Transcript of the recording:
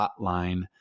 Hotline